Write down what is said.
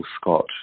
Scott